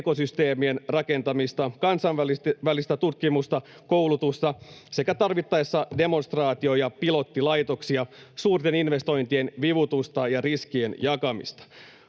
ekosysteemien rakentamista, kansainvälistä tutkimusta, koulutusta sekä tarvittaessa demonstraatio‑ ja pilottilaitoksia, suurten investointien vivutusta ja riskien jakamista.